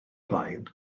blaen